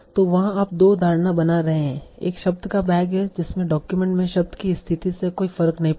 तो वहाँ आप दो धारणा बना रहे हैं एक शब्द का बैग है जिसमे डॉक्यूमेंट में शब्द की स्थिति से कोई फर्क नहीं पड़ता